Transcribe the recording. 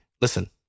Listen